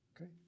Okay